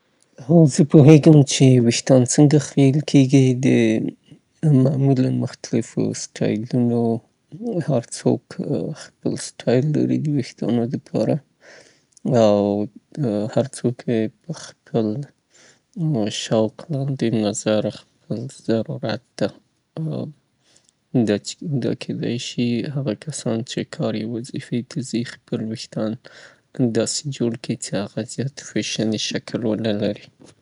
د ویښتانو خرییل البته زمونږه کلي کې عام دي، خصوصاً هغه کسان چې سپین ژیري دي ، او نشي کولای اکثره وخت چې ښه ساتنه ترینه وکړي، نو معمولان هغوی خپل وریښتان خریی او یایې تراش کیی او زما په نظر دا بهتره دی.